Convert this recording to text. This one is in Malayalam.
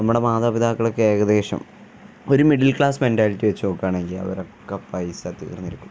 നമ്മുടെ മാതാപിതാക്കളൊക്കെ ഏകദേശം ഒരു മിഡിൽ ക്ലാസ് മെന്റാലിറ്റി വച്ചു നോക്കുകയാണെങ്കില് അവരൊക്കെ പൈസ തീർന്നിരിക്കും